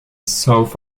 south